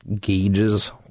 gauges